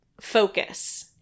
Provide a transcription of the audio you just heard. focus